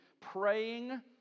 praying